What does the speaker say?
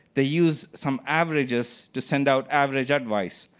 they use some averages to send out average advice.